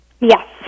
Yes